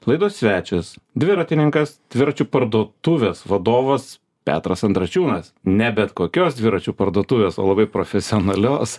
laidos svečias dviratininkas dviračių parduotuvės vadovas petras andrašiūnas ne bet kokios dviračių parduotuvės o labai profesionalios